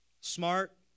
Smart